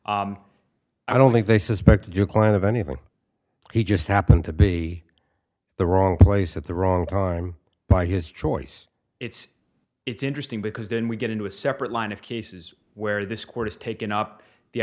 i don't think they suspected your client of anything he just happened to be the wrong place at the wrong time by his choice it's it's interesting because then we get into a separate line of cases where this court has taken up the